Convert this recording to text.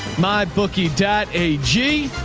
my bookie dat a g.